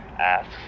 asks